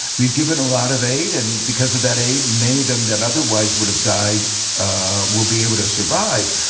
we've given a lot of aid and because of that aid, many of them that otherwise would have died will be able to survive,